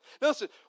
listen